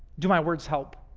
do my words help?